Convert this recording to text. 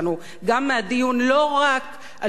לא רק על סוגיית הגבולות,